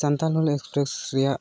Santhal Hul express ᱨᱮᱭᱟᱜ